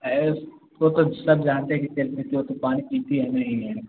अए उसको तो सब जानते हैं कि तेल पीती वो तो पानी पीती ही नहीं है